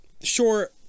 sure